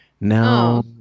Now